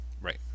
Right